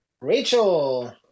Rachel